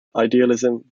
idealism